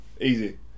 easy